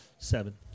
Seven